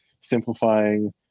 simplifying